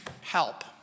help